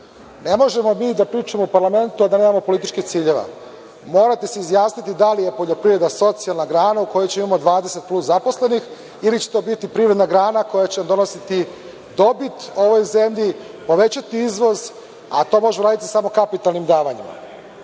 Ne možemo mi da pričamo u parlamentu, a da nemamo političkih ciljeva. Morate se izjasniti da li je poljoprivreda socijalna grana u kojoj ćemo imati 20 plus zaposlenih ili će to biti privredna grana, koja će donositi dobit ovoj zemlji, povećati izvoz, a to možete uraditi samo kapitalnim davanjem. Na